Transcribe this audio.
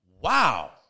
wow